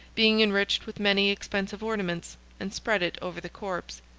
being enriched with many expensive ornaments and spread it over the corpse.